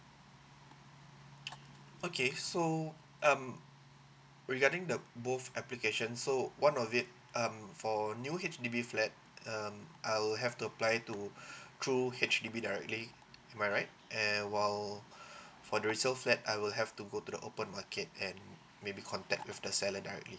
okay so um regarding the both application so one of it um for new H_D_B flat um I will have to apply to through H_D_B directly am I right and while for the resale flat I will have to go to the open market and maybe contact with the seller directly